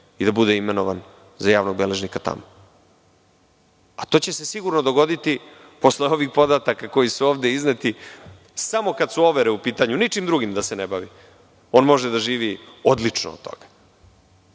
i da bude imenovan za javnog beležnika tamo. To će se sigurno dogoditi posle ovih podataka koji su ovde izneti. Samo kad su overe u pitanju, ničim drugim da se ne bavi, on može da živi odlično od toga.